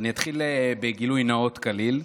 אני אתחיל בגילוי נאות קליל: